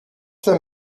them